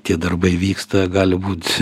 tie darbai vyksta gali būt